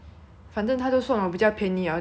反正她都算了我比较便宜 liao then just